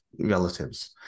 relatives